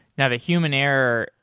yeah the human error,